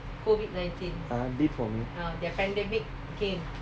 ah did for me